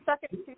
second